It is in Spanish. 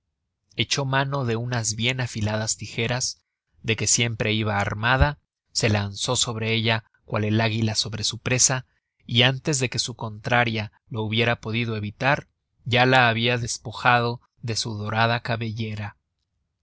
camarista echó mano de unas bien afiladas tijeras de que siempre iba armada se lanzó sobre ella cual el águila sobre su presa y antes de que su contraria lo hubiera podido evitar ya la habia despojado de su dorada cabellera